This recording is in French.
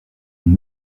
une